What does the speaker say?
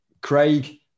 Craig